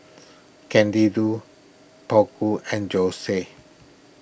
Candido and Josie